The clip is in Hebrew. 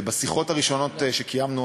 ובשיחות הראשונות שקיימנו,